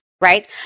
right